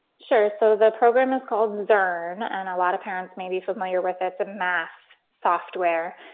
sure. so the program is called zerner and a lot of parents may be familiar with. that's a math software.